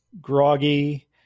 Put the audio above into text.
groggy